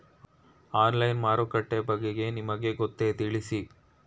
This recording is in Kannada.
ಆನ್ಲೈನ್ ಮಾರುಕಟ್ಟೆ ಬಗೆಗೆ ನಿಮಗೆ ಗೊತ್ತೇ? ತಿಳಿಸಿ?